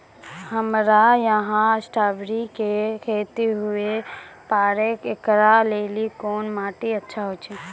हमरा यहाँ स्ट्राबेरी के खेती हुए पारे, इकरा लेली कोन माटी अच्छा होय छै?